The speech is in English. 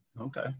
Okay